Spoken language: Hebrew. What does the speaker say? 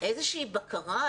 איזושהי בקרה,